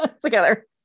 together